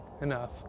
enough